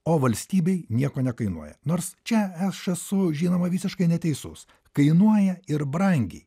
o valstybei nieko nekainuoja nors čia aš esu žinoma visiškai neteisus kainuoja ir brangiai